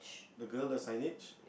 the girl the signage